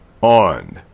on